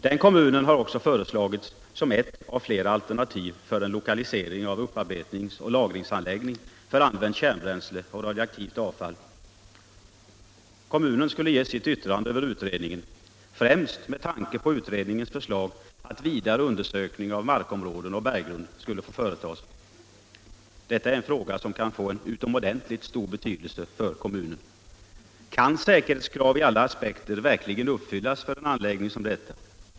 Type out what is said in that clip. Den kommunen har också föreslagits som ett av flera alternativ för en lokalisering av upparbetningsoch lagringsanläggning för använt kärnbränsle och radioaktivt avfall. Kommunen skulle avge sitt yttrande över utredningen, främst med tanke på utredningens förslag att vidare undersökning av markområden och berggrund skulle få företagas. Detta är en fråga som kan få utomordentligt stor betydelse för kommunen. Kan säkerhetskrav ur alla aspekter verkligen uppfyllas för en anläggning som denna?